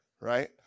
right